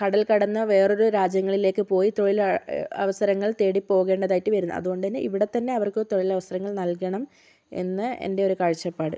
കടൽ കടന്ന് വേറൊരു രാജ്യങ്ങളിലേക്ക് പോയി തൊഴിൽ അ അവസരങ്ങൾ തേടിപോകേണ്ടതായിട്ട് വരുന്ന അതുകൊണ്ടുതന്നെ ഇവിടെ തന്നെ അവർക്ക് തൊഴിലവസരങ്ങൾ നൽകണം എന്ന് എൻ്റെയൊരു കാഴ്ച്ചപ്പാട്